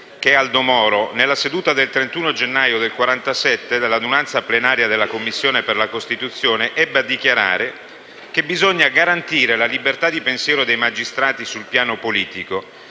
che nella seduta del 31 gennaio 1947 dell'adunanza plenaria della Commissione per la Costituzione, ebbe a dichiarare che: «Bisogna garantire la libertà di pensiero dei magistrati sul piano politico.